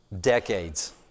decades